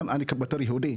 אני בתור יהודי